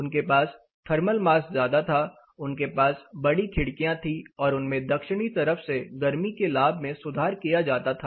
उनके पास thermal mass ज्यादा था उनके पास बड़ी खिड़कियां थी और उनमें दक्षिणी तरफ से गर्मी के लाभ में सुधार किया जाता था